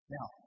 Now